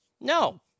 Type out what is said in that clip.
No